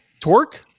Torque